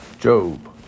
Job